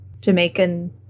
Jamaican